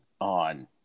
on